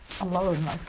alone